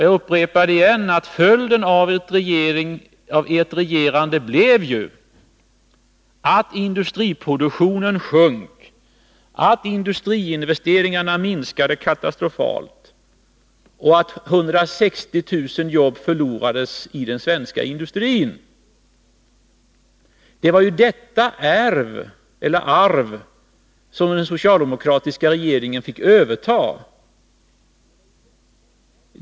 Jag upprepar igen: Följden av ert regerande blev att industriproduktionen sjönk, att industriinvesteringarna minskade katastrofalt och att 160 000 jobb förlorades i den svenska industrin. Det var det arv som den socialdemokratiska regeringen fick överta.